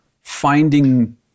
finding